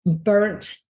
burnt